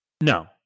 No